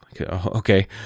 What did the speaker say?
Okay